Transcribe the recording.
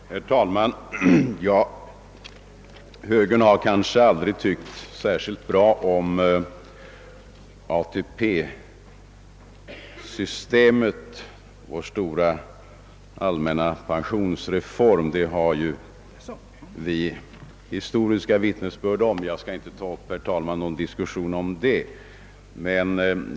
Herr talman! Högern har väl aldrig tyckt särskilt bra om ATP-systemet — vår stora allmänna pensionsreform. Det har vi historiska vittnesbörd om, men jag skall inte ta upp någon diskussion om den saken.